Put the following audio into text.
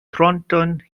thornton